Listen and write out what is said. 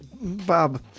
Bob